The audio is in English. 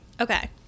Okay